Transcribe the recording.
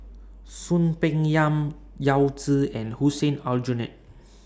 Soon Peng Yam Yao Zi and Hussein Aljunied